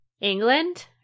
England